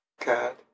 God